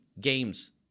games